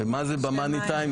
מה זה ב-money time?